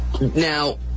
Now